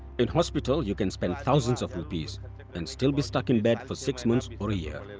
in hospital you can spend thousands of rupees and still be stuck in bed for six months or a year.